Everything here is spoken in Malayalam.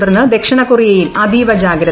തുടർന്ന് ദക്ഷിണ കൊറിയയിൽ അതീവ ജാഗ്രത